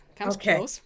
okay